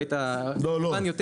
והיה מוזמן יותר